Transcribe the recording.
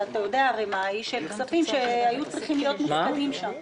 יודע הרי מהי של כספים שהיו צריכים להיות מופקדים שם.